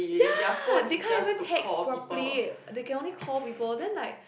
ya they can't even text properly they can only call people then like